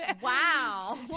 Wow